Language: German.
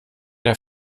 der